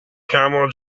camel